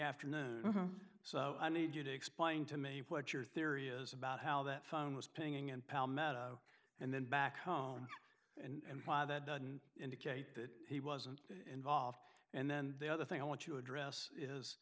afternoon so i need you to explain to me what your theory is about how that phone was pinging in palmetto and then back home and why that doesn't indicate that he wasn't involved and then the other thing i want to address is